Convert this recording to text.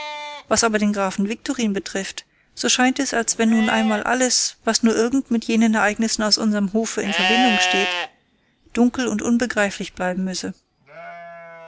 was aber den grafen viktorin betrifft so scheint es als wenn nun einmal alles was nur irgend mit jenen ereignissen an unserm hofe in verbindung steht dunkel und unbegreiflich bleiben müsse